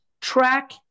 Track